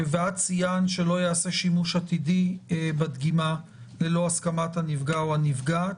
ציינת שלא ייעשה יעשה שימוש עתידי בדגימה ללא הסכמת הנפגע או הנפגעת,